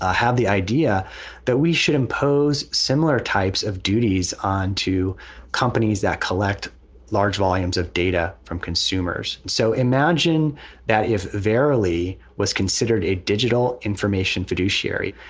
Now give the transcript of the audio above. ah had the idea that we should impose similar types of duties on to companies that collect large volumes of data from consumers. so imagine that if verilli was considered a digital information fiduciary,